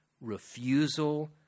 refusal